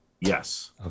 yes